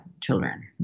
children